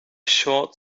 short